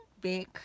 big